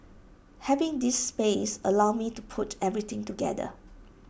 having this space allowed me to put everything together